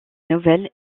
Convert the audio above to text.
nouvelles